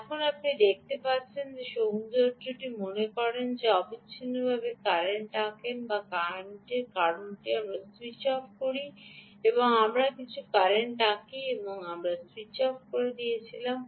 এখন আপনি দেখতে পাচ্ছেন যে সৌন্দর্যটি মনে করে আমি এ থেকে অবিচ্ছিন্ন কারেন্ট আঁকিনা আমি কারেন্টটি আঁকি আমি সুইচ অফ করে আমি কিছুটা কারেন্ট আঁকি এবং আমি স্যুইচ অফ করে দিয়েছিলাম